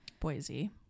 Boise